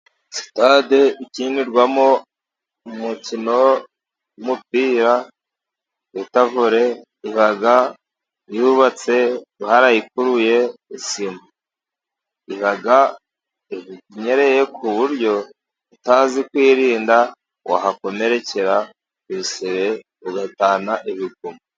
Sitade ikinirwamo umukino w’umupira bita vore, iba yubatse, barayikuruye isima. Iba inyereye ku buryo utazi kwirinda wahakomerekera ibisebe, ugatahana ibiguma.